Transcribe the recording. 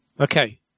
Okay